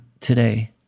today